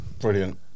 Brilliant